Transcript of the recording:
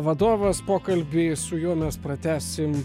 vadovas pokalbį su juo mes pratęsim